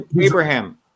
Abraham